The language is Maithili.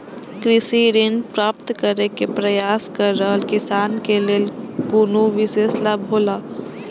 कृषि ऋण प्राप्त करे के प्रयास कर रहल किसान के लेल कुनु विशेष लाभ हौला?